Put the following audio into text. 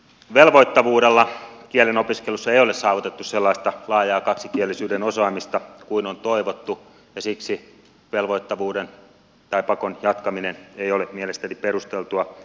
velvoittavuudella kielen opiskelussa ei ole saavutettu sellaista laajaa kaksikielisyyden osaamista kuin on toivottu ja siksi velvoittavuuden tai pakon jatkaminen ei ole mielestäni perusteltua